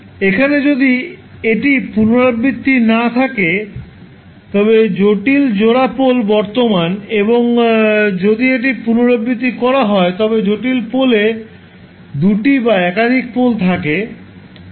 এখানে যদি এটি পুনরাবৃত্তি না থাকলে জটিল জোড়া পোল বর্তমান এবং যদি এটি পুনরাবৃত্তি করা হয় তবে জটিল পোলে দুটি বা একাধিক পোল থাকে